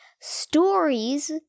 stories